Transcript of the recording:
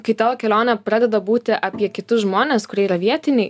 kai tavo kelionė pradeda būti apie kitus žmones kurie yra vietiniai